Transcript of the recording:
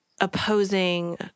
opposing